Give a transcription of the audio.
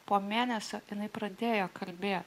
po mėnesio jinai pradėjo kalbėti